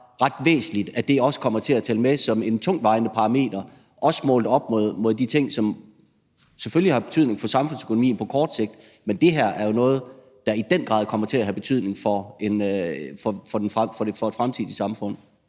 ret væsentligt, at det også kommer til at tælle med som en tungtvejende parameter, også målt op imod de ting, som selvfølgelig har betydning for samfundsøkonomien på kort sigt. Men det her er jo noget, der i den grad kommer til at have betydning for det fremtidige samfund.